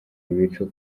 ibicu